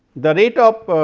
the rate of